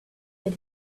that